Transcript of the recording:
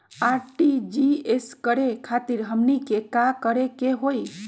RTGS करे खातीर हमनी के का करे के हो ई?